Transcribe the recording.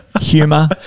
humor